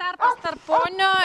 tarpas tarp ponio